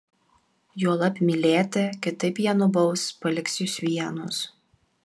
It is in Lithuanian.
juolab mylėti kitaip jie nubaus paliks jus vienus